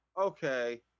okay